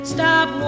Stop